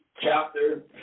chapter